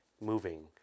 moving